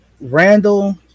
Randall